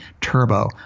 Turbo